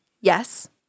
Yes